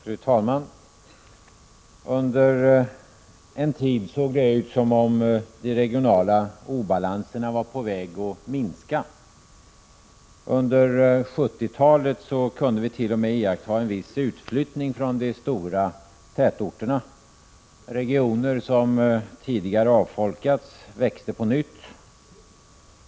Fru talman! Under en tid såg det ut som om de regionala obalanserna var på väg att minska. Vi kunde under 1970-talet t.o.m. iaktta en viss utflyttning från de stora tätorterna. Regioner som tidigare hade avfolkats växte på nytt.